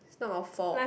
it's not our fault